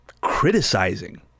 criticizing